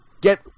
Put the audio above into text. get